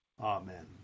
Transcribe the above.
Amen